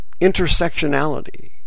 intersectionality